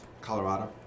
Colorado